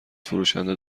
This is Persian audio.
فروشنده